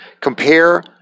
Compare